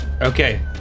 Okay